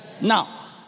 Now